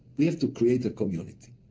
we have to create a community.